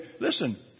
Listen